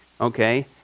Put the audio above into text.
Okay